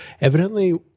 evidently